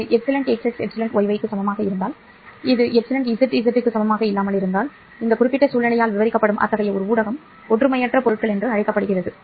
இந்த εxx εyy க்கு சமமாக இருந்தால் ஆனால் இது εzz க்கு சமமாக இல்லை என்றால் இந்த குறிப்பிட்ட சூழ்நிலையால் விவரிக்கப்படும் அத்தகைய ஒரு ஊடகம் ஒற்றுமையற்ற பொருட்கள் என்று அழைக்கப்படுகிறது